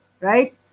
Right